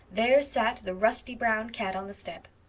there sat the rusty-brown cat on the step.